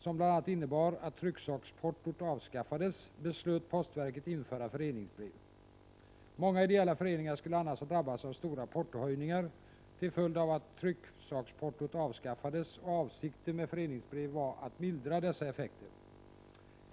som bl.a. innebar att trycksaksportot avskaffades, beslöt postverket införa föreningsbrev. Många ideella föreningar skulle annars ha drabbats av stora portohöjningar till följd av att trycksaksportot avskaffades, och avsikten med föreningsbrev var att mildra dessa effekter.